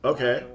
Okay